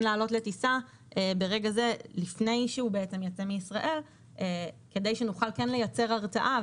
לעלות לטיסה לפני שהוא יצא מישראל כדי שנוכל לייצר הרתעה.